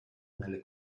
nelle